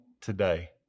today